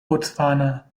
botswana